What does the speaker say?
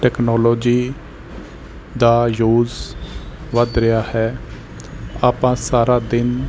technology ਦਾ use ਵੱਧ ਰਿਹਾ ਹੈ ਆਪਾਂ ਸਾਰਾ ਦਿਨ